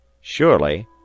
Surely